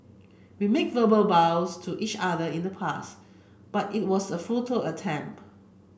we made verbal vows to each other in the past but it was a futile attempt